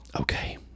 okay